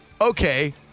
okay